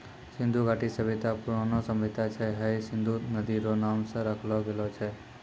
सिन्धु घाटी सभ्यता परौनो सभ्यता छै हय सिन्धु नदी रो नाम से राखलो गेलो छै